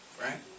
Right